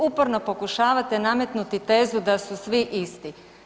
Uporno pokušavate nametnuti tezu da su svi isti.